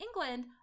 England